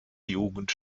jugend